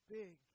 big